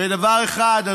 ודבר אחד,